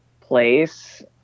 place